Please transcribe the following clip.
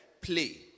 play